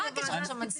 מה הקשר עכשיו מנסור?